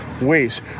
ways